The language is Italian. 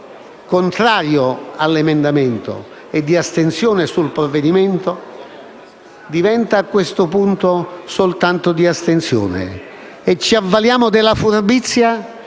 contrario all'emendamento e di astensione sul provvedimento, diventa a questo punto soltanto di astensione, avvalendoci della furbizia